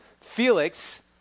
Felix